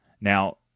Now